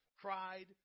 cried